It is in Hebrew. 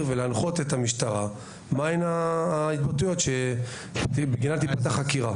ולהנחות את המשטרה מהן ההתבטאויות שבגינן תיפתח חקירה.